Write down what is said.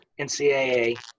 NCAA